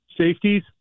Safeties